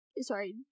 sorry